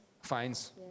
Fines